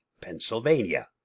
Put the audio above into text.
pennsylvania